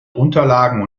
unterlagen